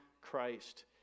Christ